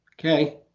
okay